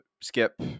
Skip